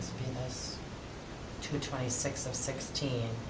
be this two twenty six of sixteen.